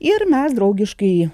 ir mes draugiškai